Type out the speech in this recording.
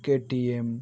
KTM